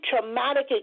traumatic